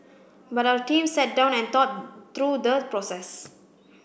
but our team sat down and thought through the process